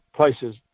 places